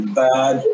bad